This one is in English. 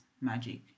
magic